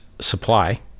supply